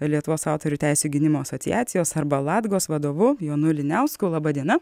lietuvos autorių teisių gynimo asociacijos arba latgos vadovu jonu liniausku laba diena